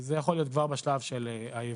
זה יכול להיות כבר בשלב של הייבוא,